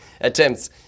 attempts